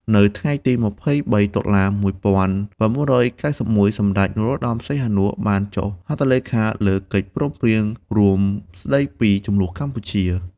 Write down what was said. នៅថ្ងៃទី២៣ តុលា ១៩៩១ សម្តេច នរោត្តម សីហនុ បានចុះហត្ថលេខាលើកិច្ចព្រមព្រៀងរួមស្តីពីជម្លោះកម្ពុជា។